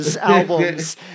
albums